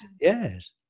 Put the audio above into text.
yes